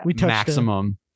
maximum